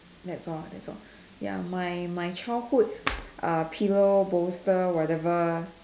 that's all that's all ya my my childhood ah pillow bolster whatever